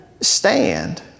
stand